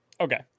Okay